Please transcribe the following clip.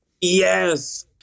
Yes